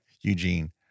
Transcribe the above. Eugene